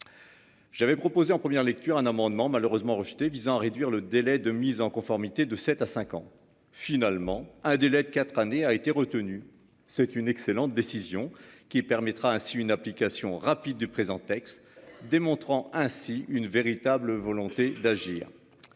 J'avais proposé en première lecture un amendement malheureusement rejeté visant à réduire le délai de mise en conformité de 7 à 5 ans finalement un délai de 4 années, a été retenu. C'est une excellente décision qui permettra ainsi une application rapide du présent texte, démontrant ainsi une véritable volonté d'agir.